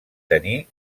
tenir